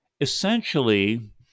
Essentially